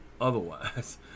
otherwise